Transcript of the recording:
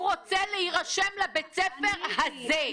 הוא רוצה להירשם לבית הספר הזה.